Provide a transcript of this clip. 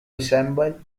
resemble